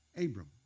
Abram